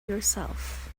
yourself